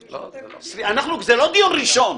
זה לא דיון ראשון.